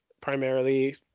primarily